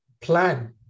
plan